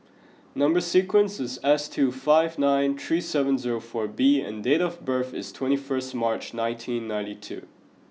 number sequence is S two five nine three seven zero four B and date of birth is twenty first March nineteen ninety two